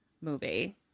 movie